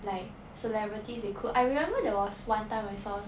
like celebrities they cook I remember there was one time I saw